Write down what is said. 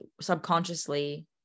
subconsciously